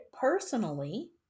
personally